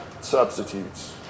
substitutes